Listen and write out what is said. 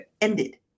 ended